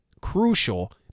crucial